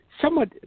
somewhat